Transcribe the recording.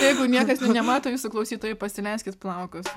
jeigu niekas nemato jūsų klausytojai pasileiskit plaukus